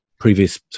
previous